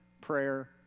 prayer